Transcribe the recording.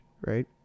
right